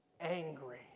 angry